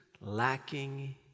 lacking